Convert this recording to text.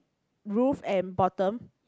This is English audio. roof and bottom